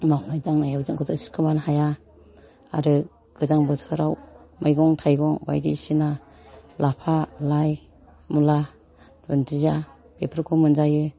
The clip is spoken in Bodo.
मावनाय दांनायाव जोंखौथ' सिखोमानो हाया आरो गोजां बोथोराव मैगं थाइगं बायदिसिना लाफा लाइ मुला दुनदिया बेफोरखौ मोनजायो